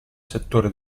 settore